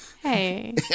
Hey